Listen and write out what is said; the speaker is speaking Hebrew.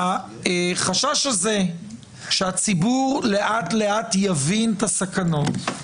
החשש הזה שהציבור לאט לאט יבין את הסכנות,